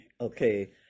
Okay